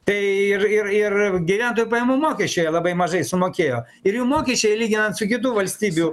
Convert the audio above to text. tai ir ir ir gyventojų pajamų mokesčio jie labai mažai sumokėjo ir jų mokesčiai lyginant su kitų valstybių